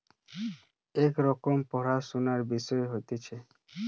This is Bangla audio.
এক রকমের পড়াশুনার বিষয় হতিছে